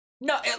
No